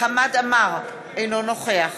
חמד עמאר, אינו נוכח